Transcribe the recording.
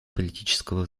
политического